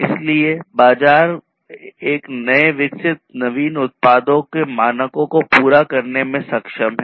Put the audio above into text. इसलिए बाजार नए विकसित नवीन उत्पादों के मानकों को पूरा करने में सक्षम हैं